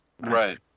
right